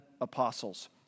apostles